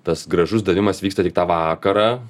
tas gražus davimas vyksta tik tą vakarą